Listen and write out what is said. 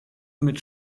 mit